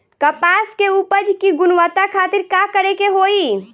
कपास के उपज की गुणवत्ता खातिर का करेके होई?